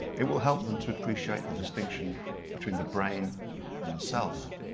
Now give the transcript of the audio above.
it will help them to appreciate the distinction between the brain and the self.